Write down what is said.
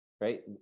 Right